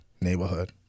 neighborhood